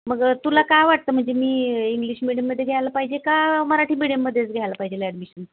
मग तुला काय वाटतं म्हणजे मी इंग्लिश मीडियममध्ये घ्यायला पाहिजे का मराठी मिडीयमध्येच घ्यायला पाहिजे ॲडमिशन